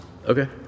Okay